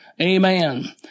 amen